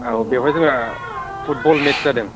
औ बेवहाय जोंहा फुटबल मेटस जादों